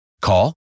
Call